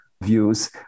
views